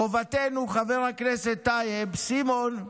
חובתנו, חבר הכנסת טייב, סימון,